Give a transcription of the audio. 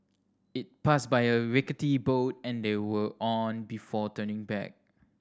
it passed by the rickety boat and they were on before turning back